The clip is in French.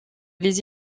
les